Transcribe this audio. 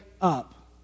up